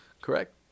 Correct